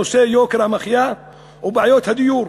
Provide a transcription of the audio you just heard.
את נושא יוקר המחיה ובעיות הדיור,